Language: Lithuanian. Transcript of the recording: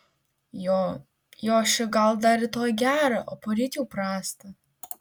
jo jo ši gal dar rytoj gerą o poryt jau prastą